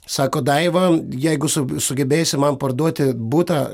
sako daiva jeigu su sugebėsi man parduoti butą